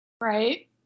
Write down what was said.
right